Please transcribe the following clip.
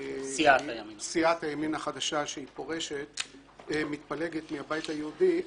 סיעת הימין החדשה שמתפלגת מהבית היהודי,